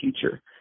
future